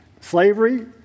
slavery